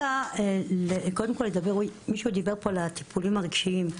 דובר פה על הטיפולים הרגשיים.